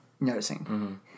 noticing